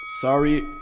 Sorry